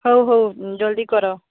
ହଉ ହଉ ଜଲ୍ଦି କର